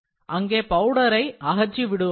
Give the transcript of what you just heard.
அங்கே பவுடரை அகற்றி விடுவார்கள்